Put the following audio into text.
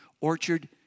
Orchard